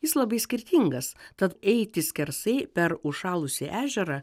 jis labai skirtingas tad eiti skersai per užšalusį ežerą